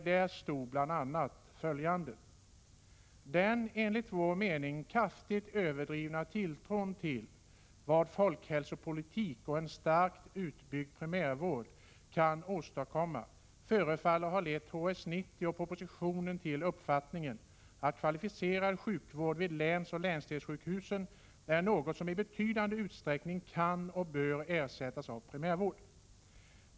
Där stod bl.a.: ”Den, enligt vår mening, kraftigt överdrivna tilltron till vad folkhälsopolitik och en starkt utbyggd primärvård kan åstadkomma förefaller ha lett HS 90 och propositionen till uppfattningen att kvalificerad sjukvård vid länsoch länsdelssjukhus är något som i betydande utsträckning kan och bör ersättas av primärvård.